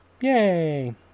Yay